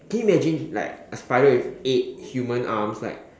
can you imagine like a spider with eight human arms like